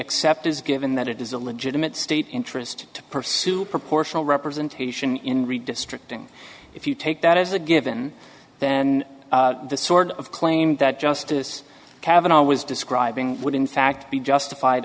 accept as given that it is a legitimate state interest to pursue proportional representation in redistricting if you take that as a given then the sort of claim that justice kavanagh was describing would in fact be justified